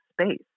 space